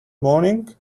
morning